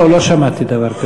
לא, לא שמעתי דבר כזה.